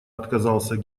отказался